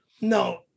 No